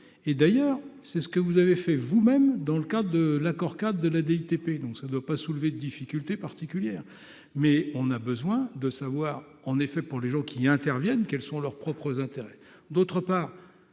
et d'ailleurs c'est ce que vous avez fait vous-même dans le cas de l'accord-cadre de la DTP, donc ça doit pas soulever de difficultés particulières, mais on a besoin de savoir, en effet, pour les gens qui interviennent, quelles sont leurs propres intérêts, d'autre part,